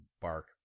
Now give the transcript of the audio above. bark